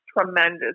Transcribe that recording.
tremendous